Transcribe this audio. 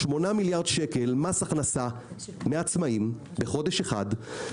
8 מיליארד שקל מס הכנסה מעצמאים בחודש אחד.